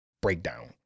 breakdown